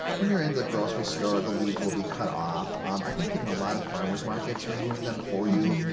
when you're in the grocery store, the leaves will be cut off. um i think even a lot of farmers markets remove them for you.